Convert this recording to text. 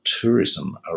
tourism